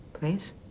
Please